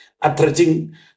attracting